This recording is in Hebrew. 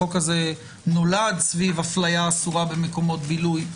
החוק הזה נולד סביב אפליה אסורה במקומות בילוי.